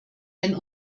wenn